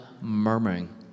murmuring